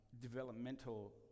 developmental